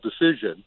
decision